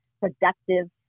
productive